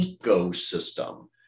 ecosystem